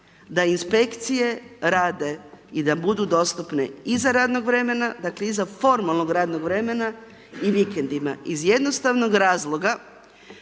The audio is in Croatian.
da inspekcije rade i da budu dostupne iza radnog vremena, dakle iza formalnog radnog vremena i vikendima, iz jednostavnog razloga